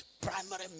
primary